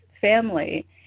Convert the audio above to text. family